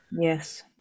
Yes